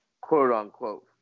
quote-unquote